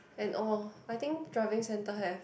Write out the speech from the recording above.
and oh I think driving centre have